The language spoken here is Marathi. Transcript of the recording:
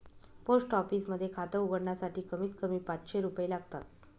पोस्ट ऑफिस मध्ये खात उघडण्यासाठी कमीत कमी पाचशे रुपये लागतात